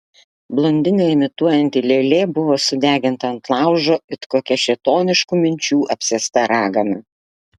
blondinę imituojanti lėlė buvo sudeginta ant laužo it kokia šėtoniškų minčių apsėsta ragana